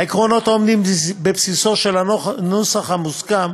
העקרונות העומדים בבסיסו של הנוסח המוסכם,